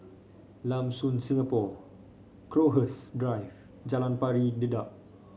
Lam Soon Singapore Crowhurst Drive Jalan Pari Dedap